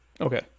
okay